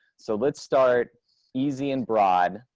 so let's start easy and broad.